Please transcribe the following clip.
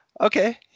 okay